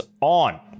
on